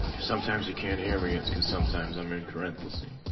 sometimes you can't hear me it's because sometimes i'm in parentheses.